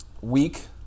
week